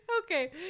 Okay